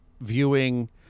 viewing